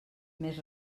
més